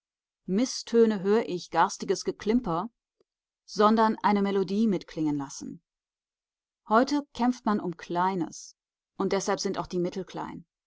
mißtöne hör ich garstiges geklimper sondern eine melodie mitklingen lassen heute kämpft man um kleines und deshalb sind auch die mittel klein